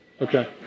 Okay